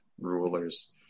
rulers